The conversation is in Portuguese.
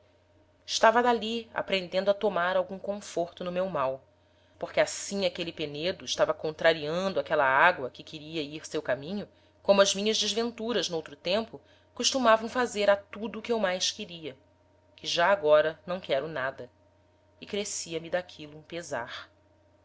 estava d'ali aprendendo a tomar algum conforto no meu mal porque assim aquele penedo estava contrariando aquela agoa que queria ir seu caminho como as minhas desventuras no outro tempo costumavam fazer a tudo o que eu mais queria que já agora não quero nada e crescia me d'aquilo um pesar